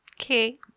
Okay